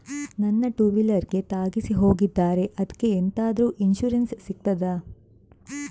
ನನ್ನ ಟೂವೀಲರ್ ಗೆ ತಾಗಿಸಿ ಹೋಗಿದ್ದಾರೆ ಅದ್ಕೆ ಎಂತಾದ್ರು ಇನ್ಸೂರೆನ್ಸ್ ಸಿಗ್ತದ?